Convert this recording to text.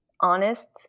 honest